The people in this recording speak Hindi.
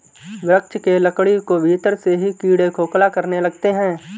वृक्ष के लकड़ी को भीतर से ही कीड़े खोखला करने लगते हैं